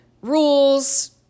rules